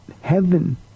heaven